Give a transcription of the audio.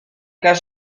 cas